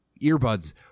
earbuds